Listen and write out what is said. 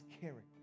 character